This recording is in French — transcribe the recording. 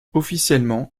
officiellement